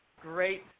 great